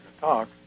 talk